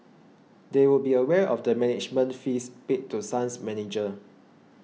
they would be aware of the management fees paid to Sun's manager